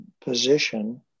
position